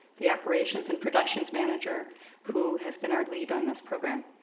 the operations and productions manager who has been our lead on this program.